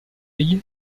est